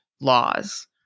laws